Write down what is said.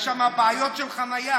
יש שם בעיות של חניה.